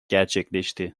gerçekleşti